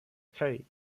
hey